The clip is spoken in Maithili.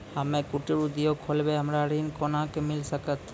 हम्मे कुटीर उद्योग खोलबै हमरा ऋण कोना के मिल सकत?